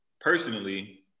personally